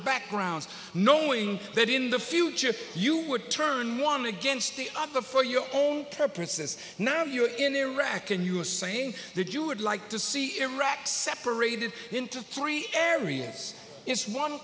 backgrounds knowing that in the future you would turn one against the other for your own purposes now you are in iraq and you saying that you would like to see iraq separated into three areas it's one